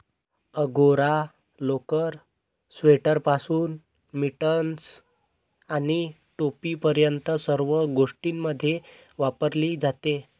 angora लोकर, स्वेटरपासून mittens आणि टोपीपर्यंत सर्व गोष्टींमध्ये वापरली जाते